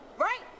Right